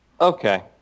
Okay